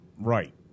Right